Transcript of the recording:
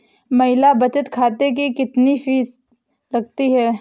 महिला बचत खाते की कितनी फीस लगती है?